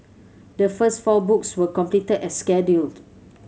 the first four books were completed as scheduled